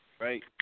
right